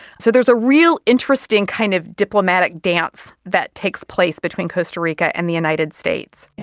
so there's a real interesting kind of diplomatic dance that takes place between costa rica and the united states.